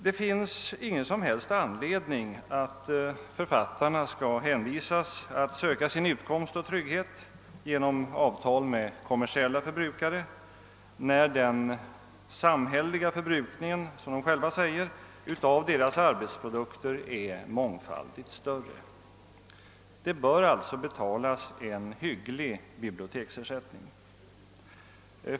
Det finns ingen som helst anledning till att författarna skall hänvisas att söka sin utkomst och trygghet genom avtal med kommersiella förbrukare, när den samhälleliga förbrukningen av deras arbetsprodukter, som de själva påpekar, är mångfaldigt större. Det bör alltså betalas en hygglig biblioteksersättning.